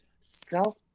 self